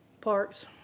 Parks